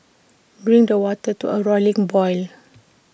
bring the water to A rolling boil